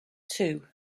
two